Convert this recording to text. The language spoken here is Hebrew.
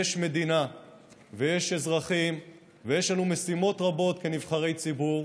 יש מדינה ויש אזרחים ויש לנו משימות רבות כנבחרי ציבור.